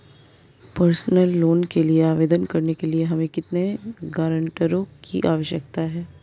Personal loan के लिए आवेदन करने के लिए हमें कितने गारंटरों की आवश्यकता है?